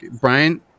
Brian